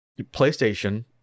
PlayStation